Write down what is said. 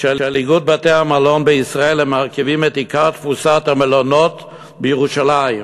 של איגוד בתי-המלון בישראל הם מרכיבים את עיקר תפוסת המלונות בירושלים.